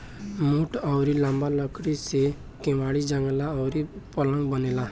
मोट अउरी लंबा लकड़ी से केवाड़ी, जंगला अउरी पलंग बनेला